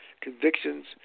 convictions